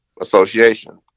association